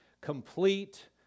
complete